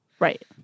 Right